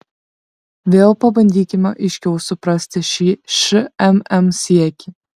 vėl pabandykime aiškiau suprasti šį šmm siekį